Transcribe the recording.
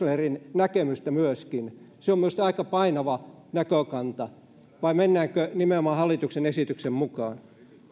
näkemystä myöskin se on minusta aika painava näkökanta vai mennäänkö nimenomaan hallituksen esityksen mukaan